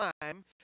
time